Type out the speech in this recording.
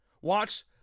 Watch